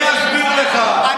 אני אגיד לך,